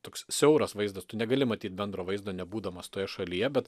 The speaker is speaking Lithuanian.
toks siauras vaizdas tu negali matyt bendro vaizdo nebūdamas toje šalyje bet